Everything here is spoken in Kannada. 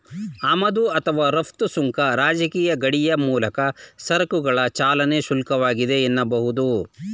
ಆಮದು ಅಥವಾ ರಫ್ತು ಸುಂಕ ರಾಜಕೀಯ ಗಡಿಯ ಮೂಲಕ ಸರಕುಗಳ ಚಲನೆಗೆ ಶುಲ್ಕವಾಗಿದೆ ಎನ್ನಬಹುದು